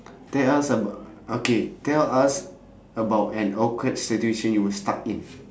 tell us about okay tell us about an awkward situation you were stuck in